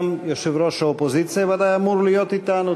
גם יושב-ראש האופוזיציה אמור להיות אתנו.